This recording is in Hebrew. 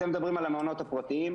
אתם מדברים על מעונות פרטיים,